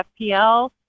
FPL